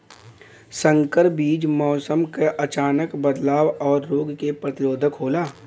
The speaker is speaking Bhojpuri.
संकर बीज मौसम क अचानक बदलाव और रोग के प्रतिरोधक होला